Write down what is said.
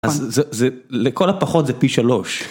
אז זה, זה, לכל הפחות זה פי שלוש.